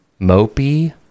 Mopey